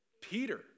peter